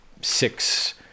six